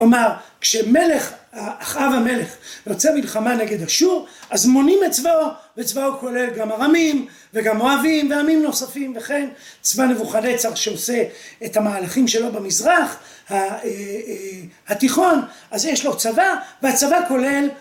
כלומר, כשמלך, אחאב המלך, יוצא למלחמה נגד אשור, אז מונים את צבאו. וצבאו כולל גם ארמים, וגם מואבים, ועמים נוספים. וכן, צבא נבוכדנצר שעושה את המהלכים שלו במזרח התיכון, אז יש לו צבא, והצבא כולל